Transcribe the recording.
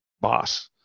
boss